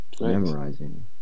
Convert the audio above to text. memorizing